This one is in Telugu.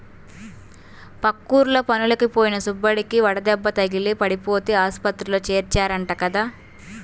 పక్కూర్లో పనులకి పోయిన సుబ్బడికి వడదెబ్బ తగిలి పడిపోతే ఆస్పత్రిలో చేర్చారంట కదా